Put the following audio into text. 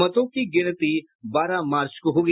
मतों की गिनती बारह मार्च को होगी